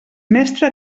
mestre